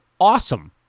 awesome